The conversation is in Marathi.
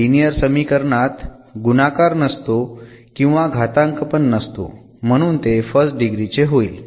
लिनियर समीकरणात गुणाकार नसतो किंवा घातांक पण नसतो म्हणू ते फर्स्ट डिग्री चे होईल